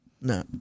No